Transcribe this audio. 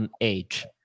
Age